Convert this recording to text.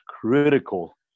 critical